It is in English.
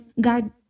god